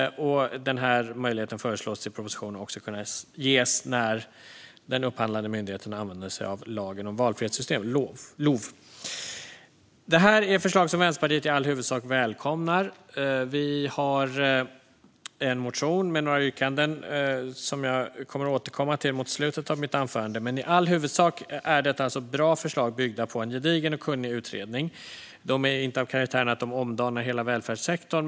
Möjligheten föreslås i propositionen också kunna ges när den upphandlande myndigheten använder sig av lagen om valfrihetssystem, LOV. Det här är förslag som Vänsterpartiet i huvudsak välkomnar. Vi har en motion med några yrkanden som jag kommer att återkomma till mot slutet av mitt anförande. Men i huvudsak är detta bra förslag byggda på en gedigen och kunnig utredning. De är inte av karaktären att de omdanar hela välfärdssektorn.